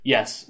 Yes